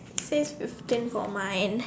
it says fifteen for mine